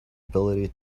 ability